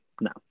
No